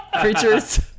creatures